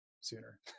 sooner